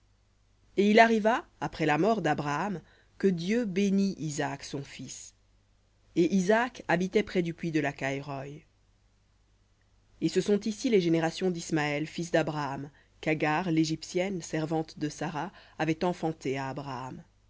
et il arriva après la mort d'abraham que dieu bénit isaac son fils et isaac habitait près du puits de lakhaï roï et ce sont ici les générations d'ismaël fils d'abraham qu'agar l'égyptienne servante de sara avait enfanté à abraham